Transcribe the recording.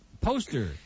poster